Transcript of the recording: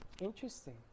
Interesting